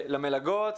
למלגות.